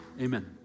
Amen